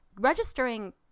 registering